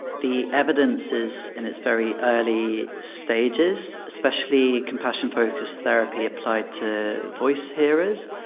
the evidence is in its very early stages, especially compassion focused therapy applied to voice-hearers,